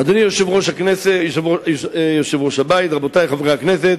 אדוני היושב-ראש, רבותי חברי הכנסת,